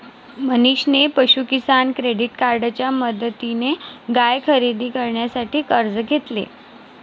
मनीषने पशु किसान क्रेडिट कार्डच्या मदतीने गाय खरेदी करण्यासाठी कर्ज घेतले